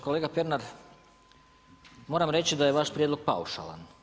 Kolega Pernar, moram reći da je vaš prijedlog paušalan.